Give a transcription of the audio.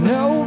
no